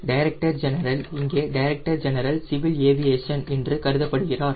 director general இங்கே director general civil aviation என்று குறிப்பிடபடுகிறார்